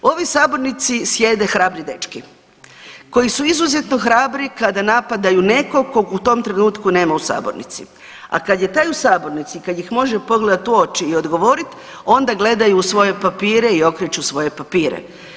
U ovoj sabornici sjede hrabri dečki koji su izuzetno hrabri kada napadaju nekog kog u tom trenutku nema u sabornici, a kad je taj u sabornici, kad ih može pogledati u oči i odgovoriti, onda gledaju u svoje papire i okreću svoje papire.